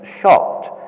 shocked